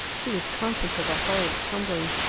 he was conscious of a horrid tumbling.